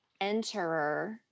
enterer